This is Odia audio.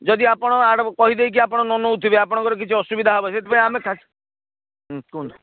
ଯଦି ଆପଣ କହିଦେଇକି ଆପଣ ନ ନେଉଥିବେ ଆପଣଙ୍କର କିଛି ଅସୁବିଧା ହେବ ସେଥିପାଇଁ ଆମେ ହୁଁ କୁହନ୍ତୁ